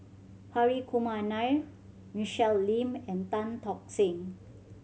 Hri Kumar Nair Michelle Lim and Tan Tock Seng